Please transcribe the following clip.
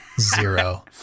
Zero